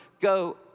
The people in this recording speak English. go